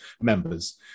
members